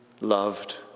loved